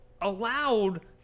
allowed